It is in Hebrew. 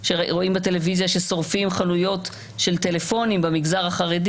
שרואים בטלוויזיה ששורפים חנויות של טלפונים במגזר החרדי.